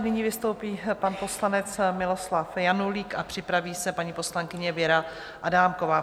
Nyní vystoupí pan poslanec Miloslav Janulík a připraví se paní poslankyně Věra Adámková.